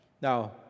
Now